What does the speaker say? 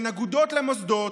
בין אגודות למוסדות,